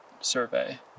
survey